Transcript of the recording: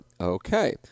Okay